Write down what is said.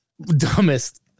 Dumbest